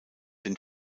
den